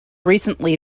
recently